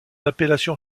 appellation